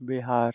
Bihar